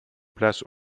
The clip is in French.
place